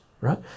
right